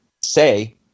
say